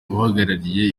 uhagarariye